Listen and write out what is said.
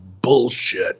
bullshit